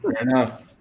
enough